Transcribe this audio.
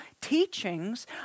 teachings